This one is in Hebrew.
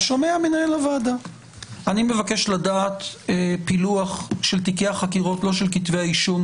אני מבקש לדעת פילוח של תיקי החקירות לא של כתבי האישום